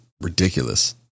ridiculous